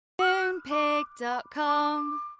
Moonpig.com